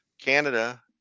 canada